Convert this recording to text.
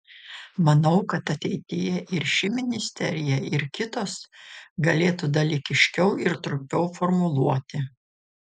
manau kad ateityje ir ši ministerija ir kitos galėtų dalykiškiau ir trumpiau formuluoti